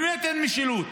באמת אין משילות.